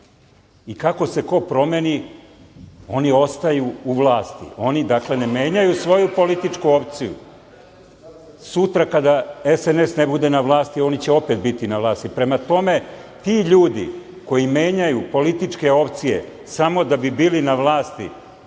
i kako se ko promeni oni ostaju u vlasti. Oni, dakle, ne menjaju svoju političku opciju. Sutra kada SNS ne bude na vlasti oni će opet biti na vlasti. Prema tome, ti ljudi koji menjaju političke opcije samo da bi bili na vlasti